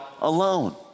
alone